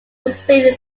received